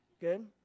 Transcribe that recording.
Good